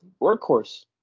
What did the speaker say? workhorse